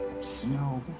snow